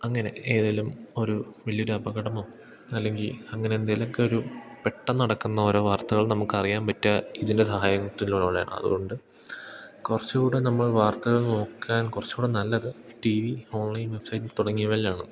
അങ്ങനെ ഏതെങ്കിലും ഒരു വലിയൊരു അപകടമോ അല്ലെങ്കിൽ അങ്ങനെ എന്തെങ്കിലൊക്കെ ഒരു പെട്ടെന്നു നടക്കുന്ന ഓരോ വാർത്തകൾ നമുക്കറിയാൻ പറ്റുക ഇതിൻ്റെ സഹായത്തിലുള്ളതാണ് അതു കൊണ്ട് കുറച്ചു കൂടി നമ്മൾ വാർത്തകൾ നോക്കാൻ കുറച്ചു കൂടി നല്ലത് ടി വി ഓൺലൈൻ വെബ്സൈറ്റ് തുടങ്ങിയവയിലാണ്